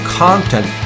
content